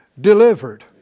delivered